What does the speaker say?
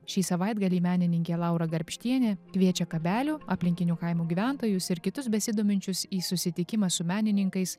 šį savaitgalį menininkė laura garbštienė kviečia kabelių aplinkinių kaimų gyventojus ir kitus besidominčius į susitikimą su menininkais